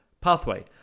pathway